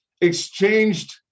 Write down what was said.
exchanged